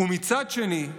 מצד שני,